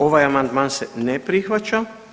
Ovaj amandman se ne prihvaća.